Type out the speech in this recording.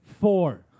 four